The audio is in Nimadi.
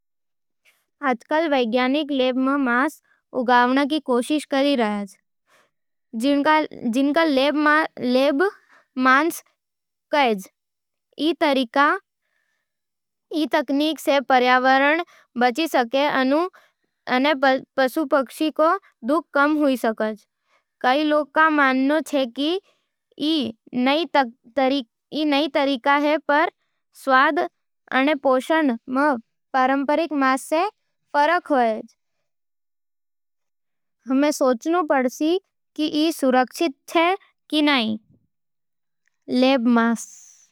वैज्ञानिक लोग आजकल लैब मं नकली मांस कृत्रिम मांस बनाय के कोसिस कारी रेयाज़। ई मांस बिना जानवर कटे तैयार होवे। कुछ लोग कहें कि ई से पर्यावरण को फायदा होसी, अने कुछ लोग अभी भरोसा नईं कर रहे। अगर ई स्वाद मं बढ़िया अने सेहत खातिर ठीक होसी, तो खाय लायक हो सके। तूं का ई नकली मांस खाइसी।